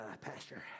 pastor